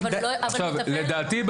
לדעתי,